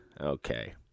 Okay